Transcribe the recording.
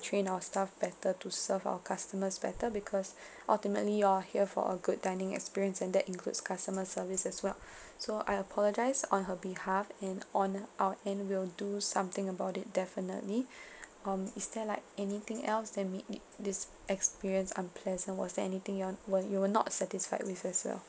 train our staff better to serve our customers better because ultimately y'all are here for a good dining experience and that includes customer service as well so I apologise on her behalf and on our end we'll do something about it definitely um is there like anything else that make this experience unpleasant was there anything you're were you were not satisfied with as well